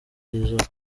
y’izuba